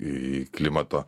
į klimato